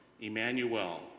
Emmanuel